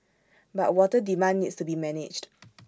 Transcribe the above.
but water demand needs to be managed